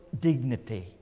dignity